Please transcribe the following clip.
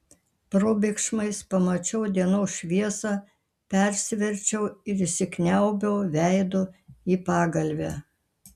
probėgšmais pamačiau dienos šviesą persiverčiau ir įsikniaubiau veidu į pagalvę